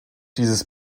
dieses